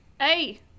Hey